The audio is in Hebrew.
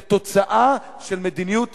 זה תוצאה של מדיניות